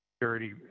security